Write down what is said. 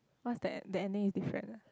what's that the ending is different ah